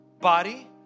body